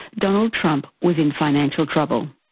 donald trump was in financial trouble.